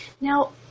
Now